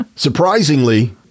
Surprisingly